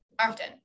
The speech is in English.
often